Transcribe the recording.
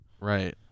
Right